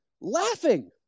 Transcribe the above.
laughing